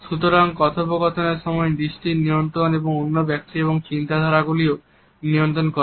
সুতরাং কথোপকথনের সময় দৃষ্টির নিয়ন্ত্রণ অন্য ব্যক্তি চিন্তাধারাগুলিও নিয়ন্ত্রণ করে